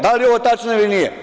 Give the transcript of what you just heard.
Da li je ovo tačno ili nije?